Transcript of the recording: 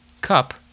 cup